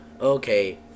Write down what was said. Okay